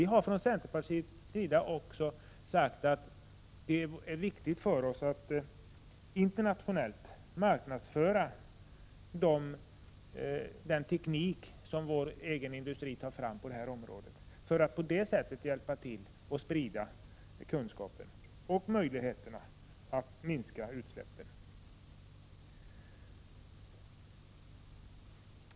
Vi har från centerpartiet också sagt att det är viktigt att internationellt marknadsföra den teknik som vår egen industri tar fram på detta område för att på det sättet hjälpa till att sprida kunskaper om möjligheterna att minska utsläppen.